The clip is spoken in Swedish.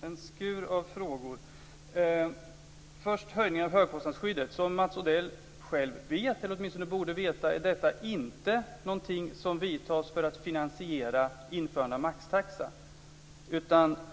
Fru talman! Det var en skur av frågor. Som Mats Odell borde veta är höjningen av högkostnadsskyddet inte någonting som görs för att finansiera införandet av maxtaxa.